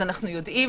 אנו יודעים